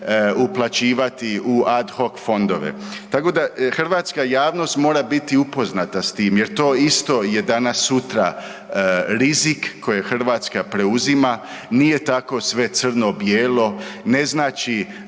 uplaćivati u ad hoc fondove. Tako da hrvatska javnost mora biti upoznata s tim jer to isto je danas sutra rizik koji Hrvatska preuzima, nije tako sve crno bijelo, ne znači